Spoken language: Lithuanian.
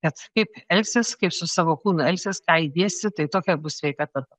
bet kaip elgsies kaip su savo kūnu elgsies ką įdėsi tai tokia bus sveikata